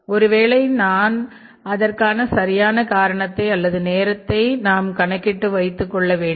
ஒருவேளை நான் அதற்கான சரியான காரணத்தை அல்லது நேரத்தை நாம் கணக்கிட்டு வைத்துக் கொள்ள வேண்டும்